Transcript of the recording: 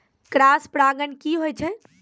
Cross परागण की होय छै?